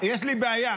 יש לי בעיה.